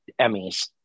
Emmys